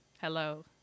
hello